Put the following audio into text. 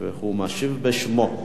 הוא משיב בשמו.